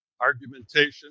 argumentation